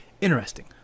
interesting